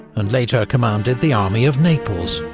and later commanded the army of naples.